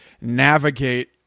navigate